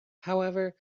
however